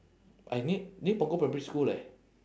uh n~ near punggol primary school leh